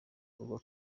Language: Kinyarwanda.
kuko